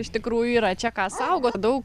iš tikrųjų yra čia ką saugot daug